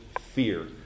fear